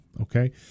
Okay